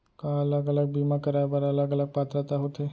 का अलग अलग बीमा कराय बर अलग अलग पात्रता होथे?